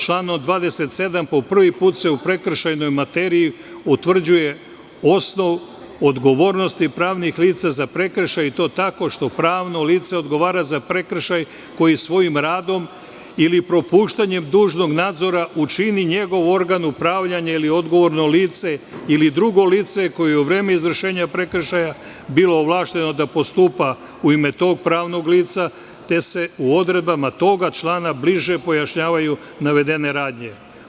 Član od 27, po prvi put se u prekršajnoj materiji utvrđuje osnov odgovornosti pravnih lica za prekršaje i to tako što pravno lice odgovara za prekršaj koji svojim radom ili propuštanjem dužnog nadzora učini njegov organ upravljanja ili odgovorno lice ili drugo lice koje je u vreme izvršenja prekršaja bilo ovlašćeno da postupa u ime tog pravnog lica, te se u odredbama toga člana bliže pojašnjavaju navedene radnje.